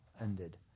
ended